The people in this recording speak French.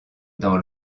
dans